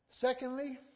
Secondly